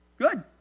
Good